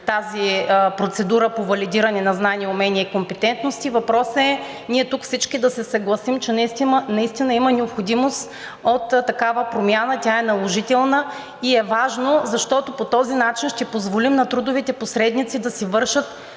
тази процедура по валидиране на знания, умения и компетентности. Въпросът е ние тук всички да се съгласим, че наистина има необходимост от такава промяна – тя е наложителна, и е важно, защото по този начин ще позволим на трудовите посредници да си вършат